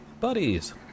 buddies